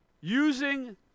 Using